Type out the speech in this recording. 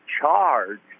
charged